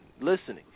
listening